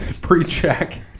pre-check